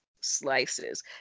slices